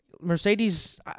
Mercedes